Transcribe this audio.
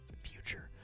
future